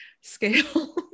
scale